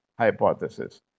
hypothesis